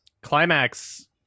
Climax